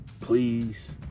please